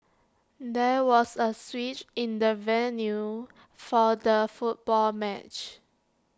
there was A switch in the venue for the football match